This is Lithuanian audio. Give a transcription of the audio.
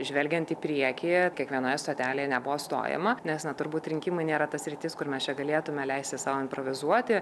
žvelgiant į priekį kiekvienoje stotelėje nebuvo stojama nes na turbūt rinkimai nėra ta sritis kur mes čia galėtume leisti sau improvizuoti